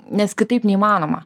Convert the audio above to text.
nes kitaip neįmanoma